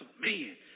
man